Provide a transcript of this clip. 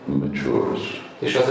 matures